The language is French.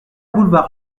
boulevard